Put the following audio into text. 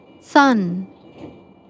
Sun